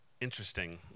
interesting